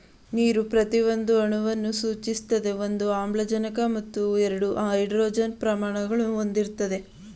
ನೀರು ಪ್ರತಿಯೊಂದು ಅಣುವನ್ನು ಸೂಚಿಸ್ತದೆ ಒಂದು ಆಮ್ಲಜನಕ ಮತ್ತು ಎರಡು ಹೈಡ್ರೋಜನ್ ಪರಮಾಣುಗಳನ್ನು ಹೊಂದಿರ್ತದೆ